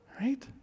Right